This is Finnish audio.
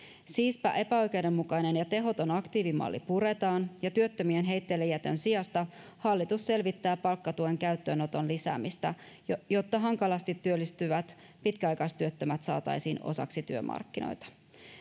siispä epäoikeudenmukainen ja tehoton aktiivimalli puretaan ja työttömien heitteillejätön sijasta hallitus selvittää palkkatuen käyttöönoton lisäämistä jotta hankalasti työllistyvät pitkäaikaistyöttömät saataisiin osaksi työmarkkinoita